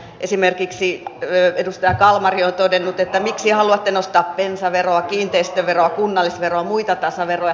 esimerkiksi edustaja kalmari on kysynyt miksi haluatte nostaa bensaveroa kiinteistöveroa kunnallisveroa muita tasaveroja